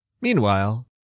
Meanwhile